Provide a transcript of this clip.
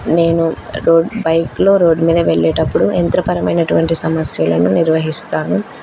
నేను రోడ్ బైక్లో రోడ్ మీద వెళ్ళేటప్పుడు యంత్రపరమైనటువంటి సమస్యలను నిర్వహిస్తాను